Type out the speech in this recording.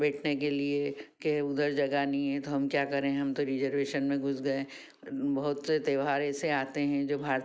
बैठने के लिए केह उधर जगह नहीं है तो हम क्या करें हम तो रिजर्वेशन में घुस गए बहुत से त्यौहार ऐसे आते हैं जो भा